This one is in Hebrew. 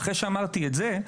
ואחרי שאמרתי את זה: